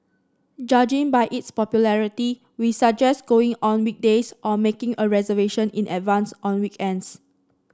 judging by its popularity we suggest going on weekdays or making a reservation in advance on weekends